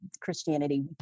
Christianity